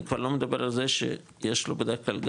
אני כבר לא מדבר על זה שיש לו בדרך כלל,